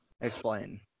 Explain